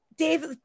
Dave